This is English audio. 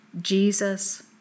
Jesus